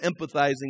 empathizing